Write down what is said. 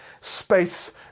space